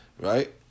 right